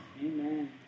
Amen